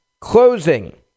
closing